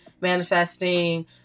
manifesting